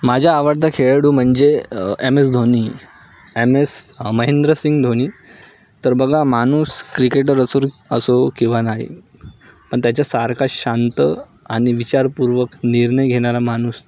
माझ्या आवडता खेळाडू म्हणजे M S Dhoni M S Mahendra Singh Dhoni तर बघा माणूस क्रिकेटर असून असो किंवा नाही पण त्याच्यासारखा शांत आणि विचारपूर्वक निर्णय घेणारा माणूस